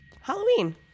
Halloween